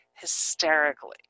hysterically